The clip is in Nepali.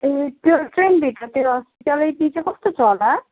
ए त्यो ट्रेनभित्र त्यो चाहिँ कस्तो छ होला